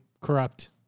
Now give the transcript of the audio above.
Corrupt